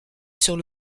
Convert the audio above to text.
sur